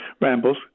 rambles